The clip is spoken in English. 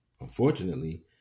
Unfortunately